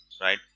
right